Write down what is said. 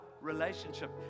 relationship